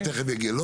תכף יגיע.